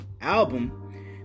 album